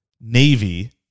Navy